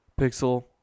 Pixel